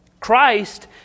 Christ